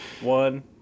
one